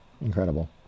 incredible